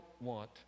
want